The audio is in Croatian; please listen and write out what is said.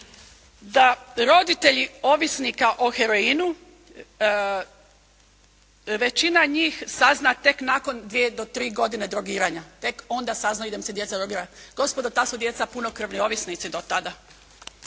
da roditelji ovisnika o heroinu, većina njih sazna tek nakon dvije do tri godine drogiranja. Tek onda saznaju da im se djeca drogiraju. Gospodo, ta su djeca punokrvni ovisnici dotada.